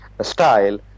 style